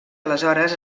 aleshores